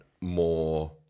more